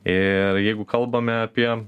ir jeigu kalbame apie